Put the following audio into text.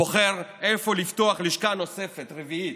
בוחר איפה לפתוח לשכה נוספת, רביעית,